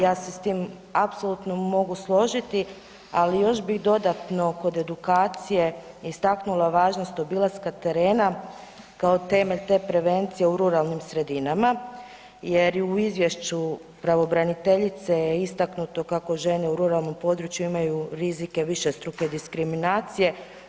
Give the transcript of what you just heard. Ja se s tim apsolutno mogu složiti, ali još bih dodatno kod edukacije istaknula važnost obilaska terena kao temelj te prevencije u ruralnim sredinama jer i u izvješću pravobraniteljice je istaknuto kako žene u ruralnom području imaju rizike višestruke diskriminacije.